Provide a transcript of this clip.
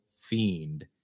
fiend